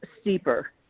steeper